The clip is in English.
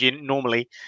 normally